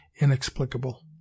inexplicable